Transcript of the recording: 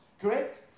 correct